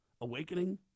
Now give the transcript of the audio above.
awakening